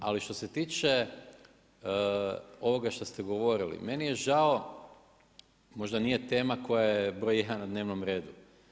Ali što se tiče ovoga što ste govorili meni je žao, možda nije tema koja je broj jedan na dnevnom redu.